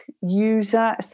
user